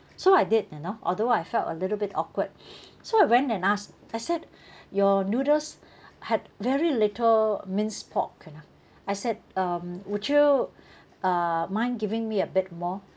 so I did you know although I felt a little bit awkward so I went and ask I said your noodles had very little minced pork you know I said um would you uh mind giving me a bit more